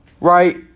right